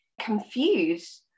confuse